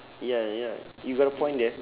ya ya you got a point there